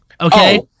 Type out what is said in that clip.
Okay